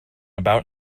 about